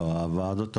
לא, הוועדות המחוזיות?